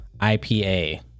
ipa